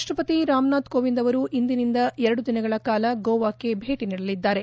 ರಾಷ್ಷಪತಿ ರಾಮನಾಥ್ ಕೋವಿಂದ್ ಅವರು ಇಂದಿನಿಂದ ಎರಡು ದಿನಗಳ ಕಾಲ ಗೋವಾಕ್ಕೆ ಭೇಟಿ ನೀಡಲಿದ್ದಾರೆ